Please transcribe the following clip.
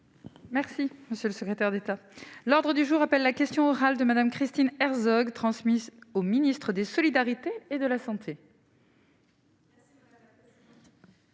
Merci monsieur le secrétaire d'État à l'ordre du jour appelle la question orale de Madame Christine Herzog transmises au ministre des solidarités et de la santé.